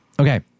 Okay